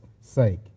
sake